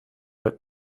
but